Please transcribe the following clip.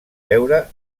veure